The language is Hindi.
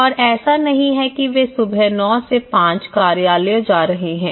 और ऐसा नहीं है कि वे सुबह 900 से 500 कार्यालय जा रहे हैं